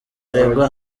aregwa